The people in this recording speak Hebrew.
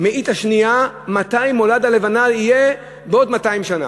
מאית השנייה מתי מולד הלבנה יהיה בעוד 200 שנה,